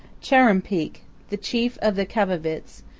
chuar'ruumpeak, the chief of the kai'vavits,